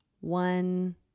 One